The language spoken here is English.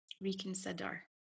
reconsider